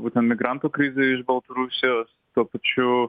būtent migrantų krizių ir baltarusijos tuo pačiu